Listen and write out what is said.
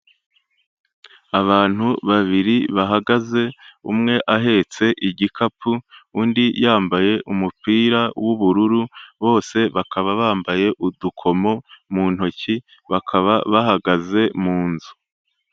Abantu babiri bahagaze umwe ahetse igikapu , undi yambaye umupira w'ubururu bose bakaba bambaye udukomo mu ntoki bakaba bahagaze mu nzu.